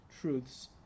truths